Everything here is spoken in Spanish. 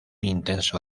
intenso